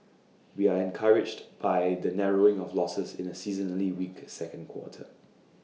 we are encouraged by the narrowing of losses in A seasonally weak second quarter